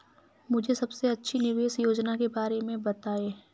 मुझे सबसे अच्छी निवेश योजना के बारे में बताएँ?